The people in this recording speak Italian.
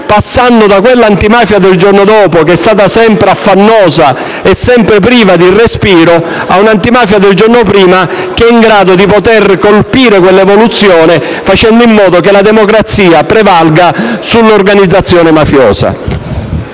passando da quella «antimafia del giorno dopo» (che è stata sempre affannosa e sempre priva di respiro) ad un'«antimafia del giorno prima», che sia in grado di poter colpire quell'evoluzione facendo in modo che la democrazia prevalga sull'organizzazione mafiosa.